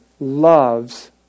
Loves